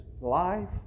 life